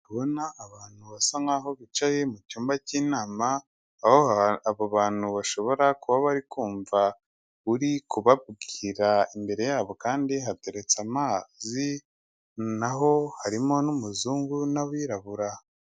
Ndi kubona abantu basa nkaho bicaye mu cyumba cy'inama, aho abo bantu bashobora kuba bari kumva uri kubabwira, imbere yabo kandi hateretse amazi, naho harimo n'umuzungu n'abirabura.